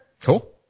cool